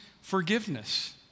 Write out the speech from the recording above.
forgiveness